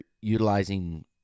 utilizing